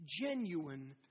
genuine